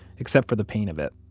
except for the pain of it.